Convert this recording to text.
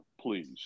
please